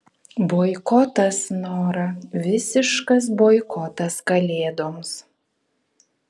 boikotas nora visiškas boikotas kalėdoms